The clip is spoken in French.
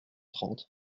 trente